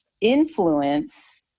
influence